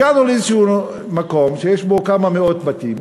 הגענו לאיזשהו מקום שיש בו כמה מאות בתים,